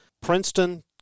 Princeton